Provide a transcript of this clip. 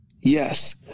Yes